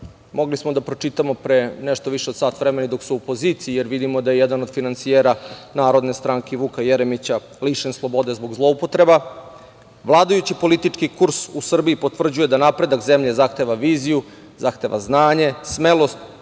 mogli da pročitamo pre nešto više od sat vremena, i dok su u opoziciji, jer vidimo da jedan od finansijera Narodne stranke Vuka Jeremića lišen slobode zbog zloupotreba, vladajući politički kurs u Srbiji potvrđuje da napredak zemlje zahteva viziju, zahteva znanje, smelost